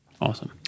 Awesome